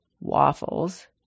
waffles